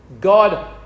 God